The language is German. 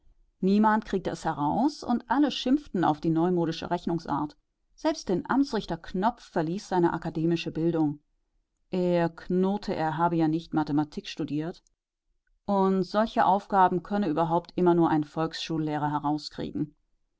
niemand kriegte es heraus und alle schimpften auf die neumodische rechnungsart selbst den amtsrichter knopf verließ seine akademische bildung er knurrte er habe ja nicht mathematik studiert und solche aufgaben könne überhaupt immer nur ein volksschullehrer herauskriegen